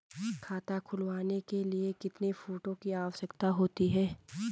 खाता खुलवाने के लिए कितने फोटो की आवश्यकता होती है?